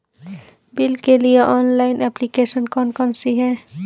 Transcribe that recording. Bill के लिए online application कौन कौन सी हैं?